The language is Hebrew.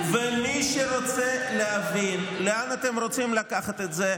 ומי שרוצה להבין לאן אתם רוצים לקחת את זה,